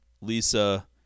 Lisa